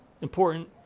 important